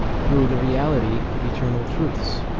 through the reality of eternal truths.